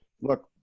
look